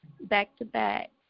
back-to-back